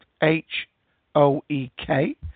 H-O-E-K